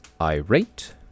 irate